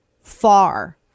far